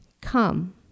Come